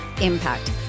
impact